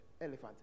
elephant